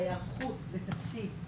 ההיערכות בתקציב,